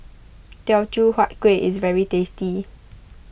Teochew Huat Kueh is very tasty